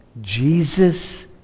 Jesus